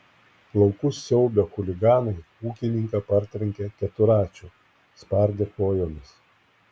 laukus siaubę chuliganai ūkininką partrenkė keturračiu spardė kojomis